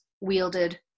wielded